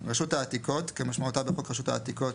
"רשות העתיקות" - כמשמעותה בחוק רשות העתיקות,